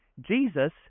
jesus